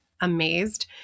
amazed